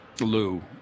Lou